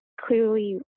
clearly